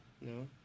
No